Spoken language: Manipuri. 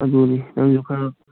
ꯑꯗꯨꯅꯤ ꯅꯪꯁꯨ ꯈꯔ